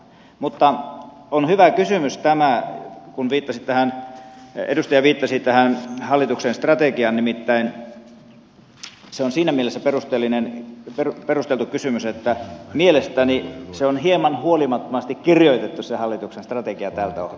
mutta on hyvä kysymys tämä kun edustaja viittasi tähän hallituksen strategiaan nimittäin se on siinä mielessä perusteltu kysymys että mielestäni se hallituksen strategia on hieman huolimattomasti kirjoitettu tältä kohdalta